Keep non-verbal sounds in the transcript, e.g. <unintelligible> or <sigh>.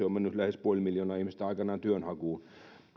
<unintelligible> on mennyt ruotsiin lähes puoli miljoonaa ihmistä aikanaan työnhakuun